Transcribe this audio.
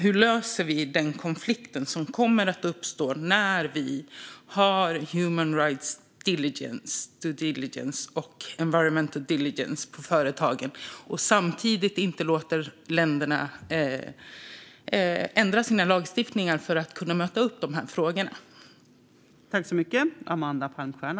Hur löser vi konflikten som kommer att uppstå när vi har att hantera human rights due diligence och environmental due diligence i företagen och vi samtidigt inte låter länderna ändra sina lagstiftningar för att möta frågorna?